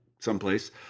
someplace